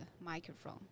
microphone